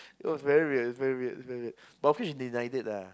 it was very weird very weird very weird but